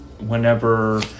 Whenever